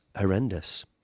horrendous